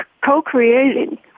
co-creating